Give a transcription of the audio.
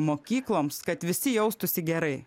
mokykloms kad visi jaustųsi gerai